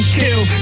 kill